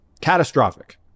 Catastrophic